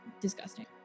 disgusting